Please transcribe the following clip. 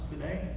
today